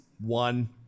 one